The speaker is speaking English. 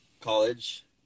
college